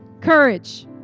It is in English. courage